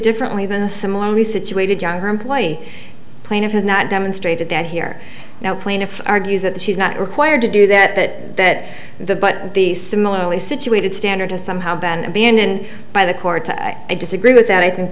differently than a similarly situated younger employee plaintiff has not demonstrated that here now plaintiff argues that she's not required to do that that the but the similarly situated standard has somehow been abandoned by the courts i disagree with that i think